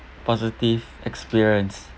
positive experience